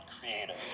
creative